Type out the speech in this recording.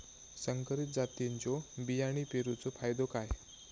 संकरित जातींच्यो बियाणी पेरूचो फायदो काय?